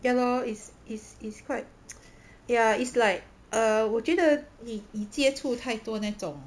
ya lor it's it's it's quite ya it's like uh 我觉得你你接触太多那种